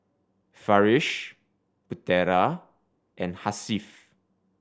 Farish Putera and Hasif